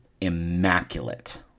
immaculate